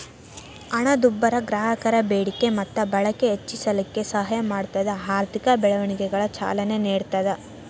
ಹಣದುಬ್ಬರ ಗ್ರಾಹಕರ ಬೇಡಿಕೆ ಮತ್ತ ಬಳಕೆ ಹೆಚ್ಚಿಸಲಿಕ್ಕೆ ಸಹಾಯ ಮಾಡ್ತದ ಆರ್ಥಿಕ ಬೆಳವಣಿಗೆಗ ಚಾಲನೆ ನೇಡ್ತದ